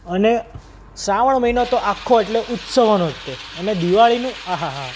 અને શ્રાવણ મહિનો તો આખો એટલે ઉત્સવોનો જ તે અને દિવાળીનું આહાહા